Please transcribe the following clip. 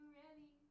ready